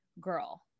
girl